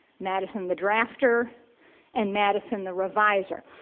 madison the drafter and madison the reviser.